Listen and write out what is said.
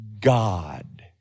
God